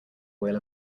wheel